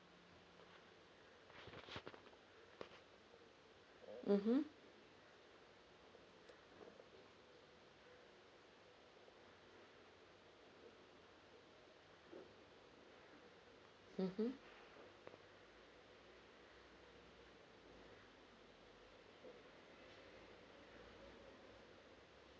mmhmm mmhmm